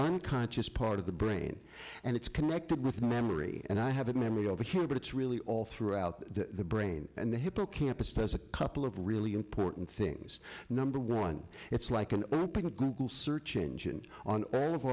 unconscious part of the brain and it's connected with memory and i have an memory over here but it's really all throughout the brain and the hippocampus has a couple of really important things number one it's like a google search engine on